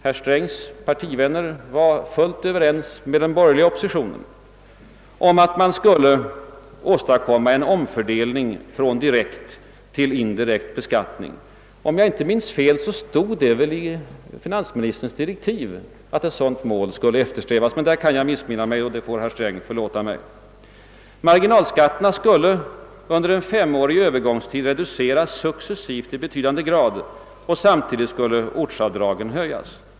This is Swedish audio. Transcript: Herr Strängs partivänner var fullt överens med den borgerliga oppositionen om att man skulle åstadkomma en omfördelning från direkt till indirekt beskattning. Om jag inte minns fel angavs det i finansministerns direktiv att ett sådant mål skulle eftersträvas, men där kan jag missminna mig, och herr Sträng får i så fall förlåta mig. Marginalskatterna skulle under en femårig övergångstid reduceras successivt i betydande grad och samtidigt skulle ortsavdragen höjas.